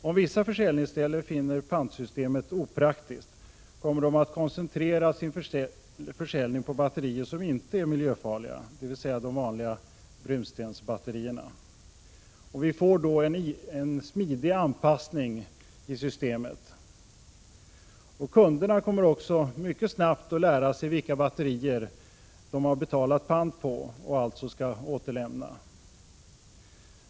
Om vissa försäljningsställen finner pantsystemet opraktiskt kommer de att koncentrera sin försäljning på batterier som inte är miljöfarliga, dvs. de vanliga brunstensbatterierna. Vi får då en smidig anpassning till systemet. Kunderna kommer också mycket snabbt att lära sig vilka batterier de har betalat pant på och alltså skall återlämna.